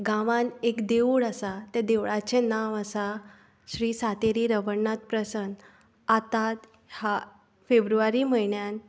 गांवांत एक देवूळ आसा त्या देवळाचें नांव आसा श्रीसातेरी रवळनाथ प्रसन आतां फेब्रुवारी म्हयन्यान